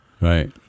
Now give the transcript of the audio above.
Right